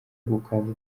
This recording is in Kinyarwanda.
gukanda